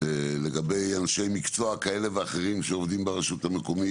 לגבי אנשי מקצוע כאלה ואחרים שעובדים ברשות המקומית